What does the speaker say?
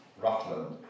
Rutland